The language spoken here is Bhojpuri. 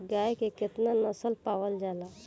गाय के केतना नस्ल पावल जाला?